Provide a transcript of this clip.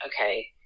Okay